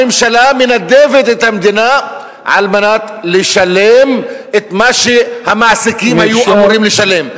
הממשלה מנדבת את המדינה על מנת לשלם את מה שהמעסיקים היו אמורים לשלם.